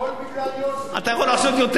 הכול בגלל יוסף, אתה יכול לעשות יותר.